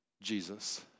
Jesus